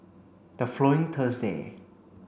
the following Thursday